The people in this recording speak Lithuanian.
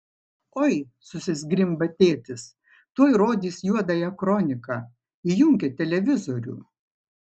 oi susizgrimba tėtis tuoj rodys juodąją kroniką įjunkit televizorių